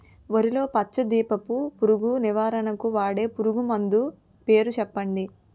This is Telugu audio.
వరిలో పచ్చ దీపపు పురుగు నివారణకు వాడే పురుగుమందు పేరు చెప్పండి?